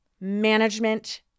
management